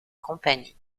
compagnie